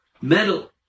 metal